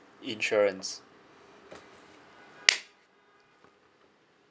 insurance